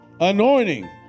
Anointing